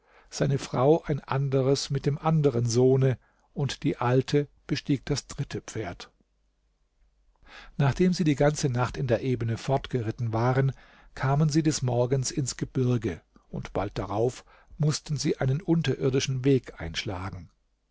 seine frau ein anderes mit dem anderen sohne und die alte bestieg das dritte pferd nachdem sie die ganze nacht in der ebene fortgeritten waren kamen sie des morgens ins gebirge und bald darauf mußten sie einen unterirdischen weg einschlagen